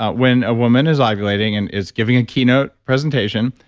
ah when a woman is ah ovulating and is giving a keynote presentation,